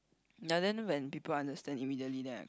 ya then when people understand immediately then I